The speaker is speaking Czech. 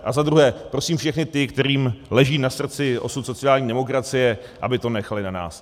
A za druhé, prosím všechny ty, kterým leží na srdci osud sociální demokracie, aby to nechali na nás.